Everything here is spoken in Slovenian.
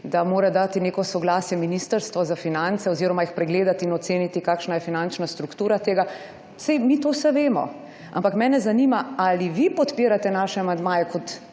da mora dati neko soglasje Ministrstvo za finance oziroma jih pregledati in oceniti, kakšna je finančna struktura tega. Saj, mi to vse vemo. Ampak mene zanima, ali vi podpirate naše amandmaje, kot